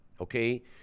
okay